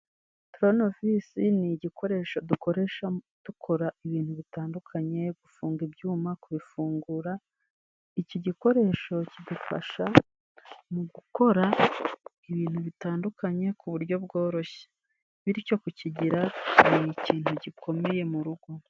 Turune visi ni igikoresho dukoresha dukora ibintu bitandukanye, gufunga ibyuma, kubifungura. Iki gikoresho kidufasha mu gukora ibintu bitandukanye ku buryo bworoshye, bityo kukigira ni ikintu gikomeye mu rugo.